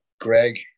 Greg